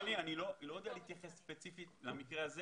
אני לא יודע להתייחס ספציפית למקרה הזה